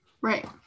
Right